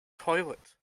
toilet